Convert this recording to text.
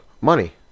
Money